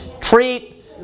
Treat